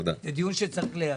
זה דיון שצריך להיעשות,